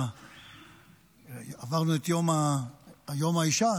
עברנו את יום האישה,